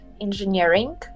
engineering